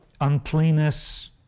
uncleanness